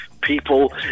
people